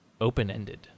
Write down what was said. open-ended